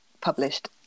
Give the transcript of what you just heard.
published